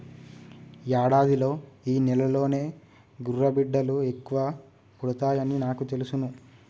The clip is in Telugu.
యాడాదిలో ఈ నెలలోనే గుర్రబిడ్డలు ఎక్కువ పుడతాయని నాకు తెలుసును